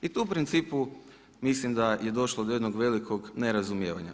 I tu u principu mislim da je došlo do jednog velikog nerazumijevanja.